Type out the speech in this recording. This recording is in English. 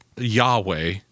Yahweh